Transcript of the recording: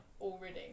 already